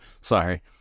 Sorry